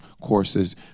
courses